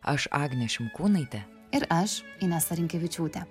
aš agnė šimkūnaitė ir aš inesa rinkevičiūtė